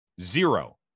Zero